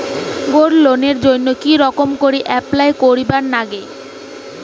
Gold লোনের জইন্যে কি রকম করি অ্যাপ্লাই করিবার লাগে?